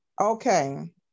Okay